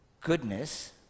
goodness